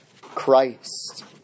Christ